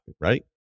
right